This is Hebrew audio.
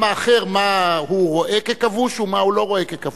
האחר מה הוא רואה ככבוש ומה הוא לא רואה ככבוש?